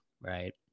right